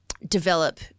Develop